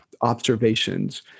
observations